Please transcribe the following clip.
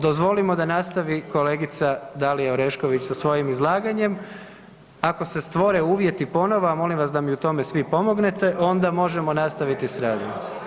Dozvolimo da nastavi kolegica Dalija Orešković sa svojim izlaganjem, ako se stvore uvjeti ponovo, a molim vas da mi u tome svi pomognete onda možemo nastaviti s radom.